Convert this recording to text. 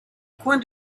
coin